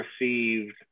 received